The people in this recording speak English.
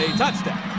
touchdown.